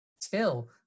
Till